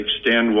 extend